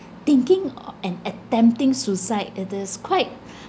thinking or and attempting suicide it is quite